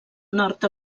nord